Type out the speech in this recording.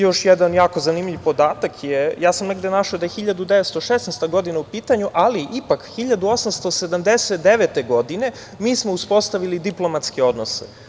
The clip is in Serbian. Još jedan jako zanimljiv podatak, ja sam negde našao podatak da je 1916. godina u pitanju, ali ipak 1879. godine mi smo uspostavili diplomatske odnose.